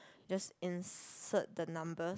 just insert the number